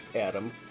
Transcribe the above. Adam